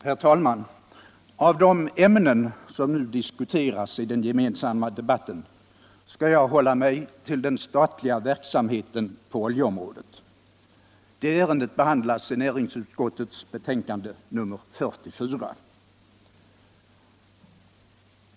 Herr talman! När det gäller de ämnen som nu diskuteras i den gemensamma debatten skall jag hålla mig till den statliga verksamheten på oljeområdet. Det ärendet behandlas i näringsutskottets betänkande nr 44.